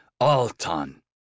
al-tan